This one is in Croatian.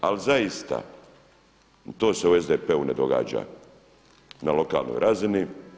Ali zaista to se u SDP-u ne događa na lokalnoj razini.